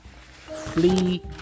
flee